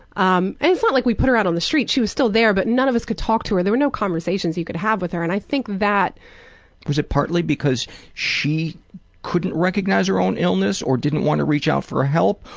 um and it's not like we put her out on the street, she was still there but none of us could talk to her. there were no conversations you could have with her, and i think that, paul was it partly because she couldn't recognize her own illness, or didn't want to reach out for help,